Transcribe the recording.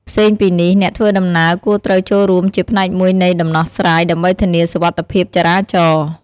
ផ្សេងពីនេះ អ្នកធ្វើដំណើរគួរត្រូវចូលរួមជាផ្នែកមួយនៃដំណោះស្រាយ ដើម្បីធានាសុវត្ថិភាពចរាចរណ៍។